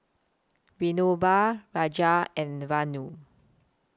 Vinoba Raja and Vanu